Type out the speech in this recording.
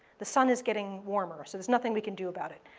the sun is getting warmer, so there's nothing we can do about it.